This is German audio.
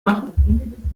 machen